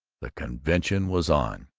the convention was on.